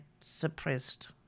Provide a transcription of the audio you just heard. suppressed